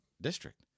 district